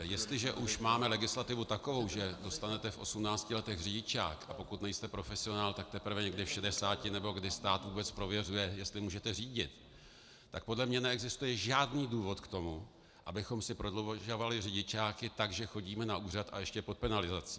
Jestliže už máme legislativu takovou, že dostanete v 18 letech řidičák, a pokud nejste profesionál, tak teprve někdy v 60 nebo kdy stát vůbec prověřuje, jestli můžete řídit, tak podle mě neexistuje žádný důvod k tomu, abychom si prodlužovali řidičáky tak, že chodíme na úřad, a ještě pod penalizací.